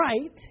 right